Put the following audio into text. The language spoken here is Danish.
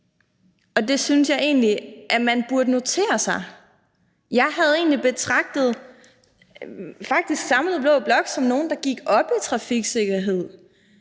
og det synes jeg egentlig at man burde notere sig. Jeg havde egentlig betragtet den samlede blå blok som nogle, der gik op i trafiksikkerhed,